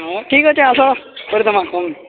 ହଁ ଠିକ୍ ଅଛି ଆସ କରିଦେବା